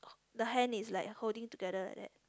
the hands is like holding together like that